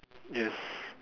yes